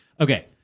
Okay